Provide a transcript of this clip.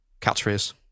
Catchphrase